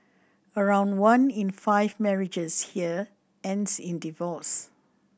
around one in five marriages here ends in divorce